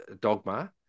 dogma